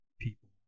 people